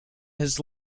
his